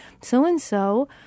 So-and-so